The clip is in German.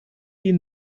die